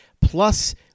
Plus